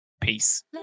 Peace